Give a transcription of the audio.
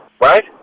right